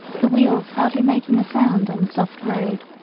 the wheels hardly making a sound on the soft road.